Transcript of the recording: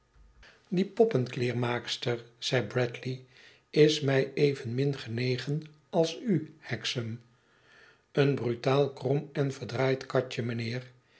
die poppenkleermaakster zei bradley is mij evenmin genegen als u hexam en brutaal krom en verdraaid katje mijnheer